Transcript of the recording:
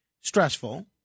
stressful